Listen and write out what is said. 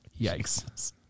Yikes